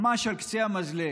ממש על קצה המזלג,